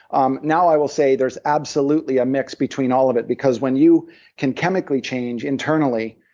um now i will say there's absolutely a mix between all of it, because when you can chemically change internally,